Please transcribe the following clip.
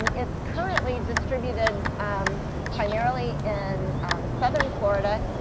um it's currently distributed um primarily in southern florida.